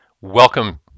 Welcome